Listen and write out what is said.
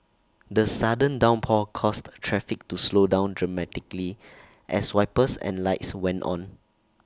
the sudden downpour caused traffic to slow down dramatically as wipers and lights went on